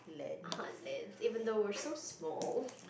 heartlands even though we're so small